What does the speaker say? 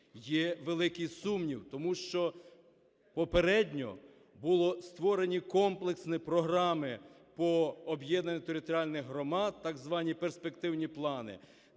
Є великий сумнів, тому що попередньо були створені комплексні програми по об'єднанню територіальних громад, так звані перспективні плани,